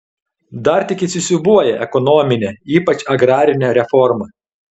dar tik įsisiūbuoja ekonominė ypač agrarinė reforma